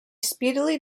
speedily